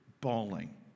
bawling